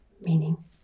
meaning